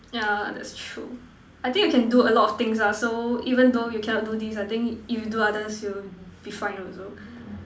yeah that's true I think you can do a lot of things ah so even though you cannot do this I think if you do others you will be fine also